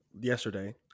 yesterday